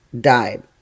died